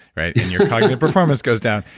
your cognitive performance goes down,